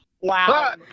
wow